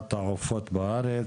שפעת העופות בארץ"